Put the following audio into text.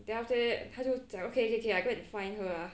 then after that 他就讲 okay okay okay I go and find her ah